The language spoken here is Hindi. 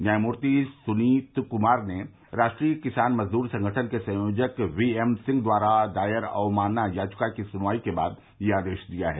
न्यायमूर्ति सुनीत कुमार ने राष्ट्रीय किसान मजदूर संगठन के संयोजक वीएम सिंह द्वारा दायर अवमानना याचिका की सुनवाई के बाद यह आदेश दिया है